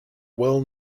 well